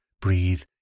breathe